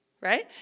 right